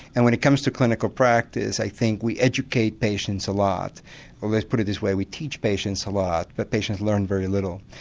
and when it comes to clinical practice i think we educate patients a lot, well let's put it this way, we teach patients a lot but patients learn very little.